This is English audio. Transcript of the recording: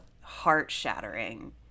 heart-shattering